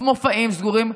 מופעים סגורים,